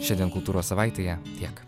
šiandien kultūros savaitėje tiek